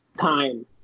time